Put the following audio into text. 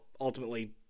ultimately